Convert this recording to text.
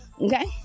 okay